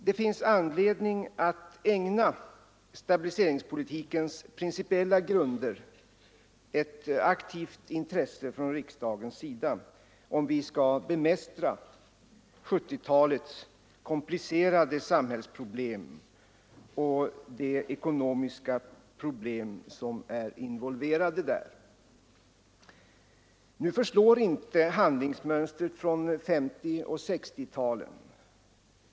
Det finns anledning att ägna stabiliseringspolitikens principiella grunder ett aktivt intresse från riksdagens sida, om vi skall bemästra 1970-talets komplicerade samhällsproblem och de ekonomiska problem som där är involverade. Nu förslår inte handlingsmönstren från 1950 och 1960-talen.